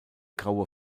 graue